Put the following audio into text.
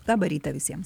labą rytą visiems